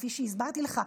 כפי שהסברתי לך,